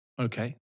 Okay